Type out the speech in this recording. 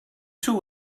two